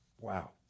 Wow